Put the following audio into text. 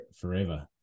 forever